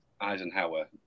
Eisenhower